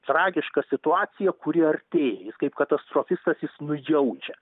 tragišką situaciją kuri artėja jis kaip katastrofistas jis nujaučia